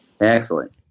Excellent